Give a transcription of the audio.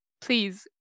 please